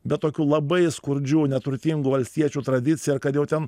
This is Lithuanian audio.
bet tokių labai skurdžių neturtingų valstiečių tradicija ir kad jau ten